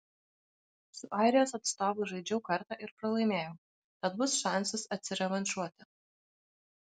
su airijos atstovu žaidžiau kartą ir pralaimėjau tad bus šansas atsirevanšuoti